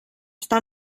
està